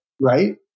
Right